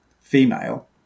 female